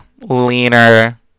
leaner